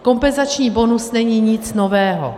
Kompenzační bonus není nic nového.